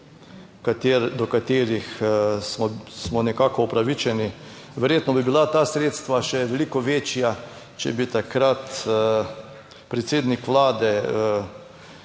do katerih smo nekako upravičeni. Verjetno bi bila ta sredstva še veliko večja, če bi takrat predsednik Vlade